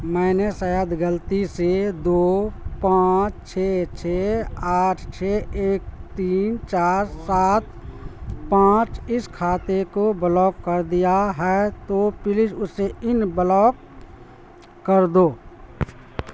میں نے شاید غلطی سے دو پانچ چھ چھ آٹھ چھ ایک تین چار سات پانچ اس کھاتے کو بلاک کر دیا ہے تو پلیز اسے انبلاک کر دو